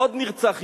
עוד נרצח יהודי.